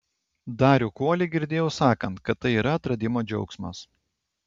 darių kuolį girdėjau sakant kad tai yra atradimo džiaugsmas